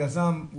היזם,